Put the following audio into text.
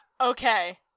Okay